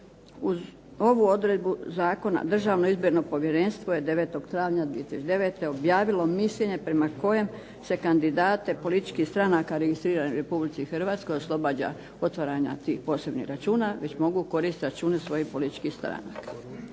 Uz ovu odredbu zakona Državno izborno povjerenstvo je 9. travnja 2009. objavilo mišljenje prema kojem se kandidate političkih stranaka registriranih u Republici Hrvatskoj oslobađa otvaranja tih posebnih računa već mogu koristiti račune svojih političkih stranaka.